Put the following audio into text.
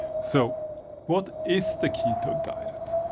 so what is the keto diet?